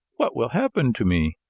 what will happen to me?